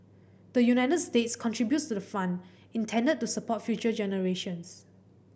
the United States contributes to the fund intended to support future generations